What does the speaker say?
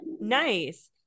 Nice